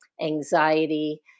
anxiety